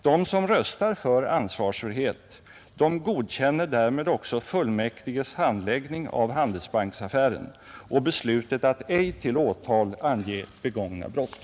De som röstar för ansvarsfrihet godkänner därmed också fullmäktiges handläggning av Handelsbanksaffären och beslutet att ej till åtal ange begångna brott.